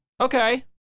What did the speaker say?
Okay